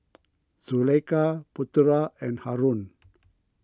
Zulaikha Putera and Haron